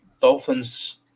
Dolphins